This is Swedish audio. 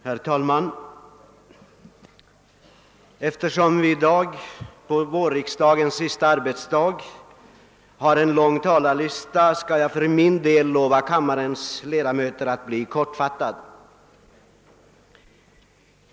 Herr talman! Eftersom vi i dag, vårriksdagens förmodligen sista arbetsdag, har en lång talarlista, skall jag lova kammarens ledamöter att bli kortfattad.